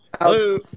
Hello